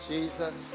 Jesus